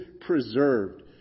preserved